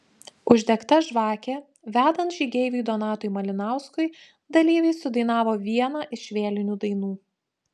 uždegta žvakė vedant žygeiviui donatui malinauskui dalyviai sudainavo vieną iš vėlinių dainų